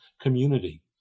community